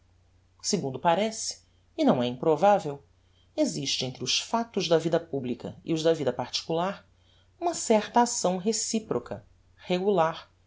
segundo parece e não é improvavel existe entre os factos da vida publica e os da vida particular uma certa acção reciproca regular